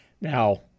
now